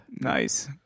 Nice